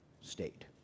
state